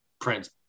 Prince